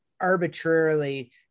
arbitrarily